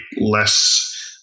less